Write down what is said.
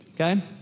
Okay